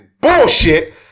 bullshit